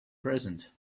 present